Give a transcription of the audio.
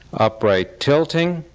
upright tilting,